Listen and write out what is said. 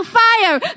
fire